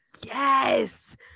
yes